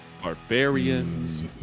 Barbarians